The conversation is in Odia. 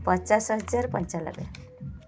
ପଚାଶ ହଜାର ପଞ୍ଚାନବେ